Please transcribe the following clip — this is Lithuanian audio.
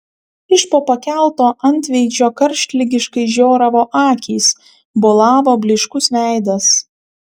iš po pakelto antveidžio karštligiškai žioravo akys bolavo blyškus veidas